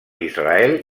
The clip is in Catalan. israel